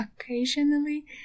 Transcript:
occasionally